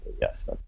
Yes